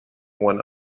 one